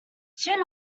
soon